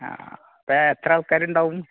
ആ ഇപ്പം എത്ര ആൾക്കാരുണ്ടാവും